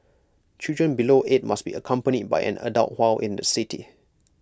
children below eight must be accompanied by an adult while in the city